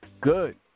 good